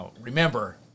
remember